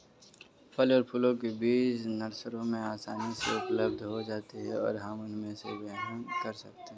फल और फूलों के बीज नर्सरी में आसानी से उपलब्ध हो जाते हैं और हम इनमें से चयन कर सकते हैं